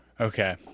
Okay